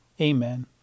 Amen